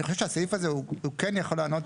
אני חושב שהסעיף הזה הוא כן יכול לענות,